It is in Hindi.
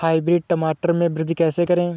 हाइब्रिड टमाटर में वृद्धि कैसे करें?